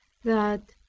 that,